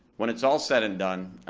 when it's all said and done,